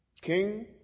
King